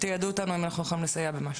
תיידעו אותנו אם אנחנו יכולים לסייע במשהו.